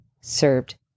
served